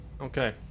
Okay